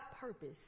purpose